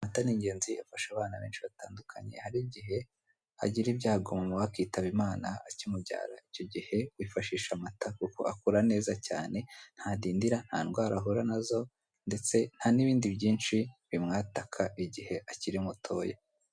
Amata ni ingenzi afasha abana batandukanye, hari igihe agira ibyago mama we akitaba Imana akimubyara, bifashisha amata kuko akura neza cyane, ntadindira nta ndwara ahura nazo, ndetse nta n'ibindi byinshi bimwataka igihe akiri mutoya.